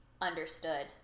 understood